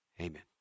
Amen